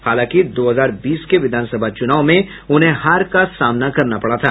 हालांकि दो हजार बीस के विधानसभा चुनाव में उन्हें हार का सामना करना पड़ा था